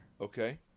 Okay